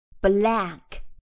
Black